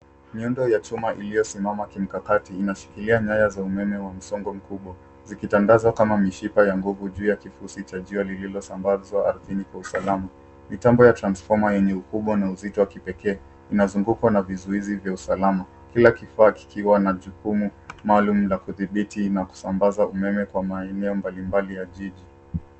Miundo ya chuma iliyosimama kimkakati inaashiria nayaya za umeme wa msongo mkubwa zikitadazwa kama mishipa ya [mbogu] juu ya kifusi cha juwa llilosambazwa ardhini kwa usalama. Mitambo ya transfoma yenye ukubwa na uzito wa kipekee inazugukwa na vizuizi vya usalama kila kifaa kikiwa na jukumu maalum la kudhibiti na kusamabaza umeme kwa maeneo mbalimbali ya jiji.